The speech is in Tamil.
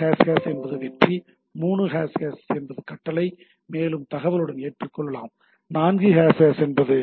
2 என்பது வெற்றி பின்னர் 3 என்பது கட்டளையை மேலும் தகவலுடன் ஏற்றுக்கொள்ளலாம் 4 என்பது